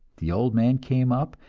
the old man came up,